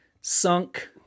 sunk